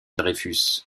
dreyfus